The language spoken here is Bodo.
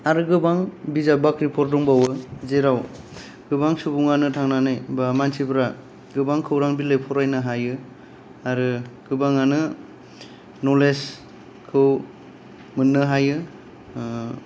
आरो गोबां बिजाब बाख्रिफोर दंबावो जेराव गोबां सुबुङानो थांनानै बा मानसिफोरा गोबां खौरां बिलाइ फरायनो हायो आरो गोबाङानो नलेजखौ मोननो हायो